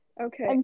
Okay